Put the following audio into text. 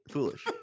Foolish